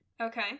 Okay